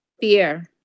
fear